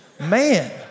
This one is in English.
Man